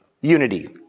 unity